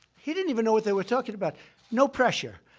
he didn't even know that they were talking about no pressure.